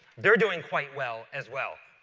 they're doing quite well as well.